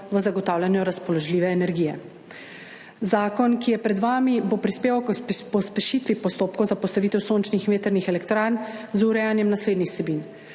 v zagotavljanju razpoložljive energije. Zakon, ki je pred vami, bo prispeval k pospešitvi postopkov za postavitev sončnih in vetrnih elektrarn z urejanjem naslednjih vsebin.